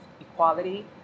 equality